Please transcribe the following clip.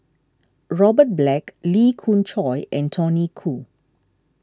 Robert Black Lee Khoon Choy and Tony Khoo